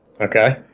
Okay